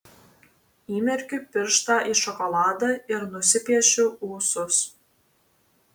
įmerkiu pirštą į šokoladą ir nusipiešiu ūsus